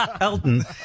Elton